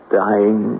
dying